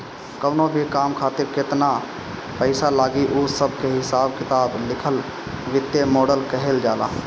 कवनो भी काम खातिर केतन पईसा लागी उ सब के हिसाब किताब लिखल वित्तीय मॉडल कहल जाला